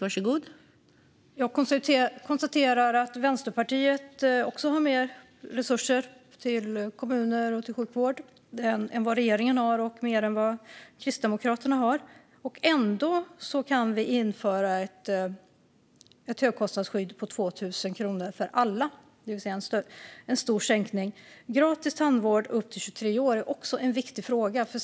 Fru talman! Vänsterpartiet lägger också mer resurser till kommuner och sjukvård än regeringen och Kristdemokraterna gör. Ändå kan vi införa ett högkostnadsskydd på 2 000 kronor för alla, det vill säga en stor sänkning. Gratis tandvård upp till 23 år är också en viktig fråga.